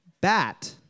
bat